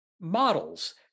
models